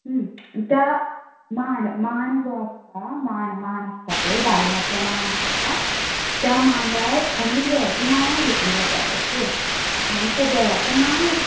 त्या मांड मांड जो आसा मांड मांड आसता पळय धालो नाचूंक मांड आसता त्या मांडार अनेक देवाचीं नांवां घेतलीं वतात ओके आनी ते देवांचो मान राखतात